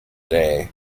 day